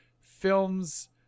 films